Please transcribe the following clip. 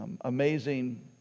amazing